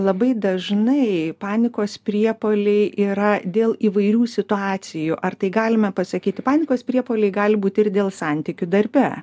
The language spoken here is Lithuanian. labai dažnai panikos priepuoliai yra dėl įvairių situacijų ar tai galime pasakyt panikos priepuoliai gali būt ir dėl santykių darbe